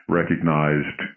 recognized